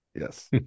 yes